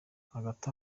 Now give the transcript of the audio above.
hagati